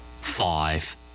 five